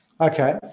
Okay